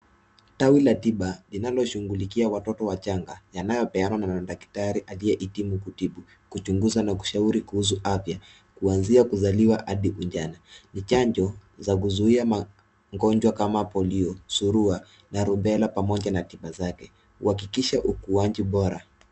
Dawa la tiba linaloshughulikia watoto wachanga yanayopeanwa na daktari aliyehitimu kutibu kuchunguza na kushauri kuhusu afya. Huanzia kuzaliwa hadi ujana. Ni chanjo za kuzuhia magonjwa kama polio, zuhurua na rubela bamoja na tiba zake, huhakikisha ukuaji bora.